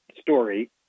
story